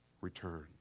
return